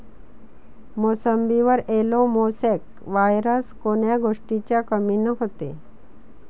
मोसंबीवर yellow mosaic virus कोन्या गोष्टीच्या कमीनं होते?